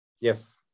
yes